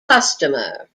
customer